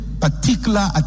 particular